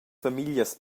famiglias